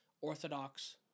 Orthodox